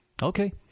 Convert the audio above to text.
Okay